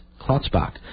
Klotzbach